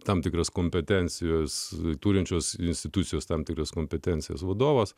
tam tikros kompetencijos turinčios institucijos tam tikras kompetencijas vadovas